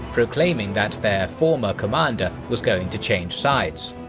proclaiming that their former commander was going to change sides.